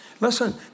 listen